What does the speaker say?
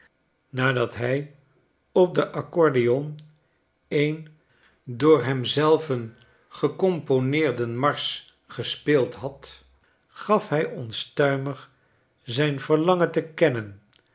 muziek nadathij op denaccordeon een door hem zelven gecomponeerden marsch gespeeld had gaf hy onstuimig zijn verlangen te kennen